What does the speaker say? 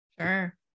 Sure